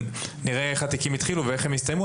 נפתח את הנושא ונראה איך התיקים התחילו ואיך הם הסתיימו.